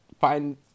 find